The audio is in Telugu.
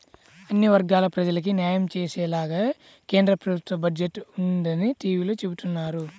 అన్ని వర్గాల ప్రజలకీ న్యాయం చేసేలాగానే కేంద్ర ప్రభుత్వ బడ్జెట్ ఉందని టీవీలో చెబుతున్నారు